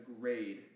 grade